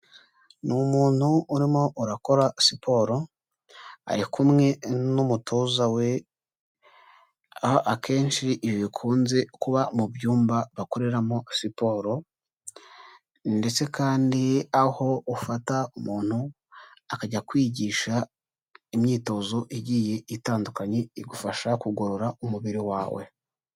Ni umuntu urimo urakora siporo, ari kumwe n'umutoza, aho akenshi ibi bikunze kuba mu byumba bakoreramo siporo, ndetse kandi aho ufata umuntu akajya kwigisha imyitozo igiye itandukanye igufasha kugorora umubiri wawe.